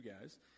guys